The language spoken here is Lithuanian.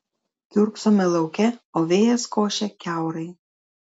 kiurksome lauke o vėjas košia kiaurai